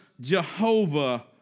Jehovah